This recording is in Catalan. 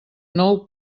nou